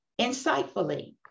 Insightfully